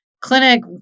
clinic